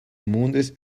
mondes